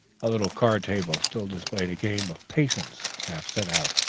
a little card table still displayed a game of patience half set out,